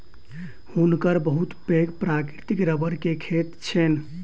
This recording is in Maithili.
हुनकर बहुत पैघ प्राकृतिक रबड़ के खेत छैन